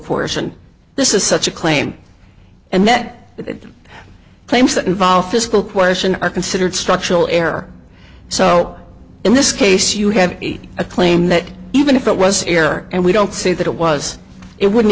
coercion this is such a claim and that claims that involve physical question are considered structural error so in this case you have a claim that even if it was error and we don't say that it was it wouldn't